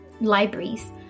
libraries